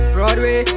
Broadway